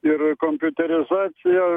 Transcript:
ir kompiuterizacija